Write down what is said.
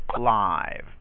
live